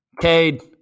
Cade